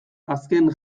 azken